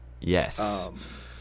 Yes